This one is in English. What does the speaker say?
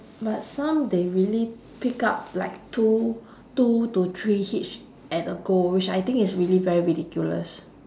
but some they really pick up like two two to three hitch at a go which I think is really very ridiculous